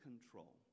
control